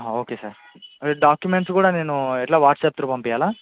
okay sir అదే డాక్యుమెంట్లు కూడా నేను ఎట్లా వాట్స్ఆప్ త్రు పంపించాలా